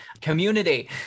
community